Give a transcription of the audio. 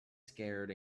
scared